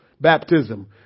baptism